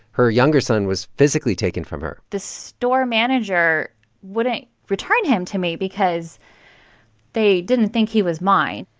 her younger son was physically taken from her the store manager wouldn't return him to me because they didn't think he was mine.